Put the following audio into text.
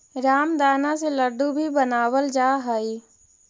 रामदाना से लड्डू भी बनावल जा हइ